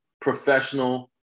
professional